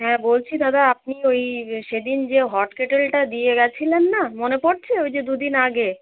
হ্যাঁ বলছি দাদা আপনি ওই সেদিন যে হট কেটেলটা দিয়ে গিয়েছিলেন না মনে পড়ছে ওই যে দুদিন আগে